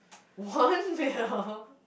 one male